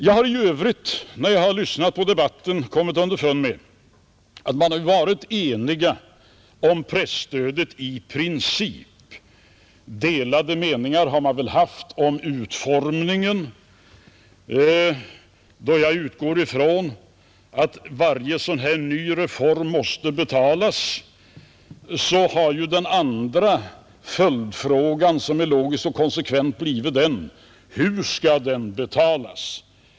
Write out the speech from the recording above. Jag har i övrigt när jag har lyssnat på debatten konstaterat att man har varit enig om presstödet i princip. Delade meningar har väl funnits om utformningen. Men då varje sådan här ny reform måste betalas så har den andra följdfrågan logiskt och konsekvent blivit: Hur skall den betalas?